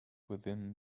within